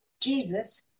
Jesus